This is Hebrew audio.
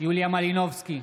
יוליה מלינובסקי,